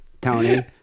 Tony